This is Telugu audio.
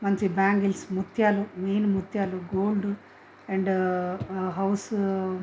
మంచి బ్యాంగిల్స్ ముత్యాలు మెయిన్ ముత్యాలు గోల్డ్ అండ్ హౌస్